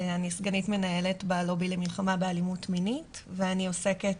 אני סגנית מנהלת בלובי למלחמה באלימות מינית ואני עוסקת